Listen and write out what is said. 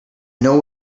know